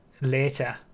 later